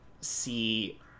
see